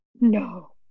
No